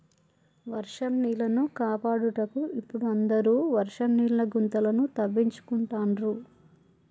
వర్షం నీళ్లను కాపాడుటకు ఇపుడు అందరు వర్షం నీళ్ల గుంతలను తవ్వించుకుంటాండ్రు